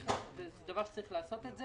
זה דבר שצריך לעשות.